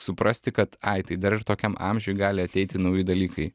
suprasti kad ai tai dar ir tokiam amžiuj gali ateiti nauji dalykai